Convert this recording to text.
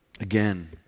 Again